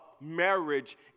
marriage